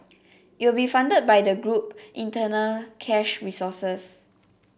it will be funded by the group internal cash resources